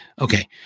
Okay